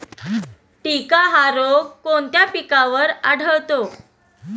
टिक्का हा रोग कोणत्या पिकावर आढळतो?